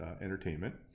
entertainment